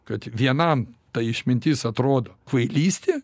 kad vienam ta išmintis atrodo kvailystė